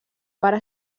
part